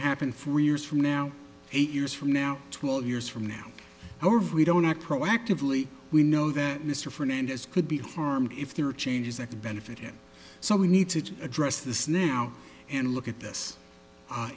happen three years from now eight years from now twelve years from now over we don't act proactively we know that mr fernandez could be harmed if there are changes that benefit him so we need to address this now and look at this